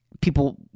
people